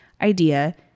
idea